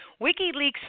WikiLeaks